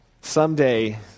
Someday